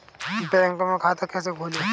Bank में खाता कैसे खोलें?